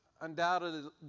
undoubtedly